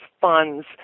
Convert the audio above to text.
funds